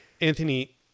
Anthony